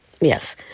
Yes